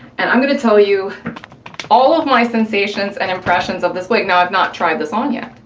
and i'm gonna tell you all of my sensations and impressions of this wig, now i've not tried this on yet,